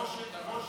שר הפנים?